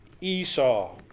Esau